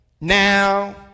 Now